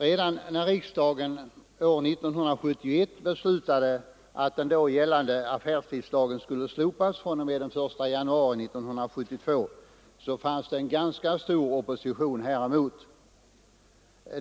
Redan när riksdagen år 1971 beslutade att den då gällande affärstidslagen skulle slopas fr, o. m. den 1 januari 1972 fanns det en ganska stor opposition häremot.